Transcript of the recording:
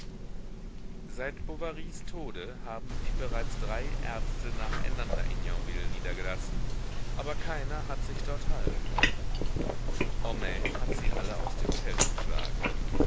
seit bovarys tode haben sich bereits drei ärzte nacheinander in yonville niedergelassen aber keiner hat sich dort halten können homais hat sie alle aus dem feld geschlagen